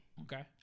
Okay